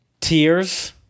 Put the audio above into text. Tears